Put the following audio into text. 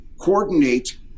coordinate